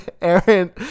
Aaron